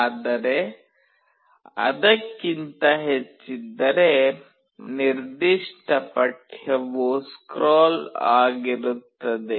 ಆದರೆ ಅದಕ್ಕಿಂತ ಹೆಚ್ಚಿದ್ದರೆ ನಿರ್ದಿಷ್ಟ ಪಠ್ಯವು ಸ್ಕ್ರೋಲ್ ಆಗಿರುತ್ತದೆ